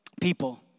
people